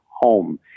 home